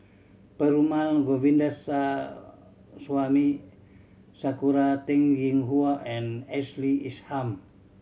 Perumal Govindaswamy Sakura Teng Ying Hua and Ashley Isham